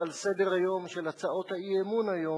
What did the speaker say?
על סדר-היום של הצעות האי-אמון היום